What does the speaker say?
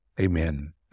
Amen